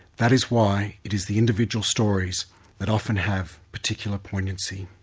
that is why it is the individual stories that often have particular poignancy.